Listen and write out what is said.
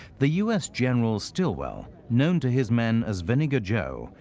the u s. general stilwell, known to his men as vinegar joe,